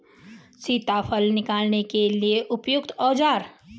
सीताफल को निकालने के लिए उपयुक्त औज़ार?